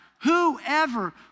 whoever